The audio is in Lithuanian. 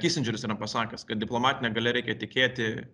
kisindžeris yra pasakęs kad diplomatine galia reikia tikėti